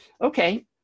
okay